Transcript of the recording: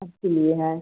आपके लिए है